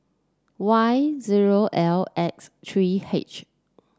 Y zero L X three H